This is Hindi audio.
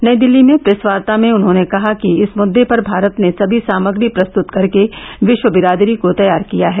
नई दिल्ली में प्रेस वार्ता में उन्होंने कहा कि इस मुद्दे पर भारत ने सभी सामग्री प्रस्तुत करके विश्व बिरादरी को तैयार किया है